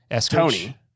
Tony